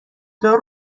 دار